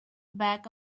back